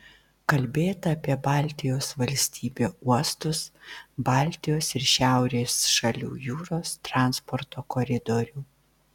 kalbėta apie baltijos valstybių uostus baltijos ir šiaurės šalių jūros transporto koridorių